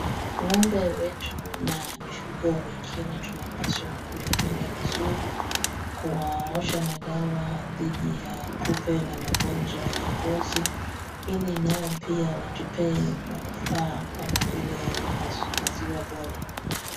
Ng'ombe wetu na mifugo wengine tunapaswa kuyalinda vizuri, kuwaosha na dawa dhidi ya kupe na magonjwa ya ngozi ili nao pia watupee manufaa kama vile maziwa bora.